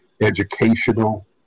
educational